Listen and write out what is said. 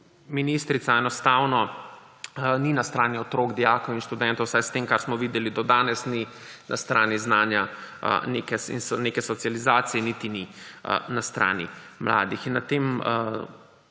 ministrica enostavno ni na strani otrok, dijakov in študentov. Vsaj po tem, kar smo videli do danes, ni na strani znanja in neke socializacije in niti ni na strani mladih. Na tej